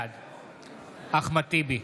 בעד אחמד טיבי,